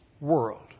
world